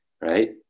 right